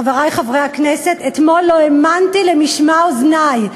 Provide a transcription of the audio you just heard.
חברי חברי הכנסת, אתמול לא האמנתי למשמע אוזני.